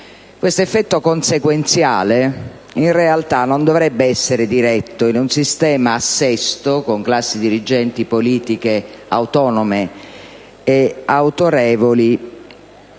Questo effetto consequenziale, in realtà, non dovrebbe manifestarsi, in un sistema a sesto, con classi dirigenti politiche autonome e autorevoli,